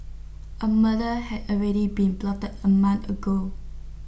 A murder had already been plotted A month ago